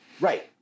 Right